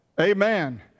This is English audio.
Amen